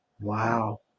Wow